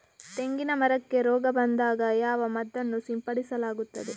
ತೆಂಗಿನ ಮರಕ್ಕೆ ರೋಗ ಬಂದಾಗ ಯಾವ ಮದ್ದನ್ನು ಸಿಂಪಡಿಸಲಾಗುತ್ತದೆ?